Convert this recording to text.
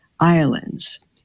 islands